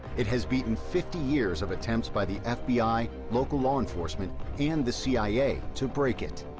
it has beaten fifty years of attempts by the fbi, local law enforcement, and the cia to break it.